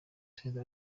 perezida